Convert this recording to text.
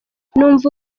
numva